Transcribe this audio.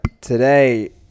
today